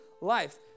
life